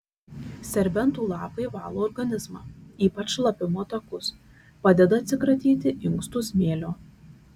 serbentų lapai valo organizmą ypač šlapimo takus padeda atsikratyti inkstų smėlio